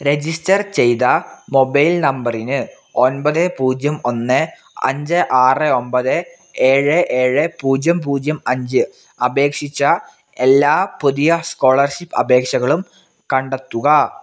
register ചെയ്ത mobile നമ്പറിന് ഒൻപത് പൂജ്യം ഒന്ന് അഞ്ച് ആറ് ഒൻപത് ഏഴ് ഏഴ് പൂജ്യം പൂജ്യം അഞ്ച് അപേക്ഷിച്ച എല്ലാ പുതിയ സ്കോളർഷിപ്പ് അപേക്ഷകളും കണ്ടെത്തുക